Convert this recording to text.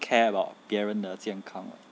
care about 别人的健康 [what]